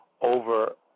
over